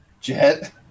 Jet